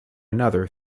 another